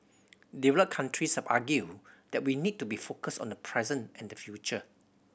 developed countries have argued that we need to be focused on the present and the future